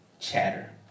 chatter